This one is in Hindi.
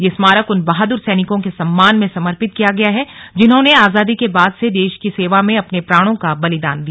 यह स्मारक उन बहादुर सैनिकों के सम्मान में समर्पित किया गया है जिन्होंने आजादी के बाद से देश की सेवा में अपने प्राणों का बलिदान दिया